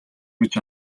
гэж